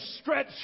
stretch